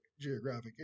geographic